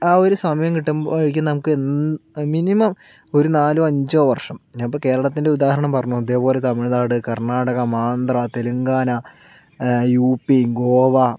ആ ഒരു സമയം കിട്ടുമ്പോഴായിരിക്കും നമുക്ക് എന്തു മിനിമം ഒരു നാലോ അഞ്ചോ വര്ഷം ഞാനിപ്പൊ കേരളത്തിന്റെ ഉദാഹരണം പറഞ്ഞു ഇതേ പോലെ തമിഴ്നാട് കര്ണ്ണാടക ആന്ധ്ര തെലങ്കാന യൂ പി ഗോവ